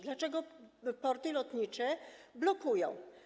Dlaczego Porty Lotnicze to blokują?